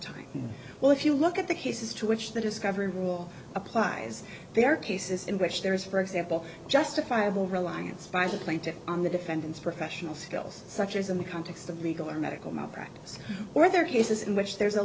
time well if you look at the cases to which the discovery rule applies there are cases in which there is for example justifiable reliance by the plaintiffs on the defendant's professional skills such as in the context of legal or medical malpractise or other cases in which there is a